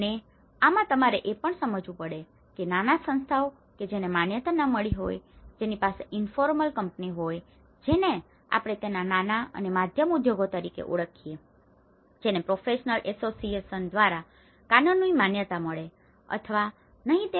અને આમાં તમારે એ પણ સમજવું પડશે કે નાના સંસ્થાઓ કે જેને માન્યતા ન મળી હોય જેની પાસે ઇન્ફોર્મલ informal અનૌપચારિક કંપનીઓ હોય છે જેને આપણે તેને નાના અને મધ્યમ ઉદ્યોગો તરીકે ઓળખીએ છીએ જેને પ્રોફેશનલ ઍસોસિયેશન professional associations વ્યાવસાયિક સંગઠનો દ્વારા કાનૂની માન્યતા મળે અથવા નહીં